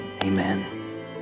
amen